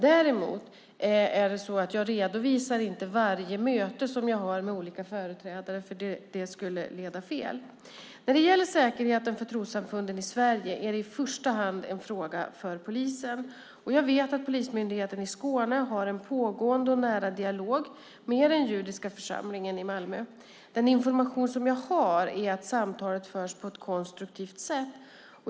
Däremot redovisar jag inte varje möte som jag har med olika företrädare. Det skulle leda fel. När det gäller säkerheten för trossamfunden i Sverige är detta i första hand en fråga för polisen. Jag vet att Polismyndigheten i Skåne har en pågående och nära dialog med den judiska församlingen i Malmö. Den information som jag har är att samtalet förs på ett konstruktivt sätt.